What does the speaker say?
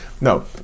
No